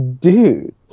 dude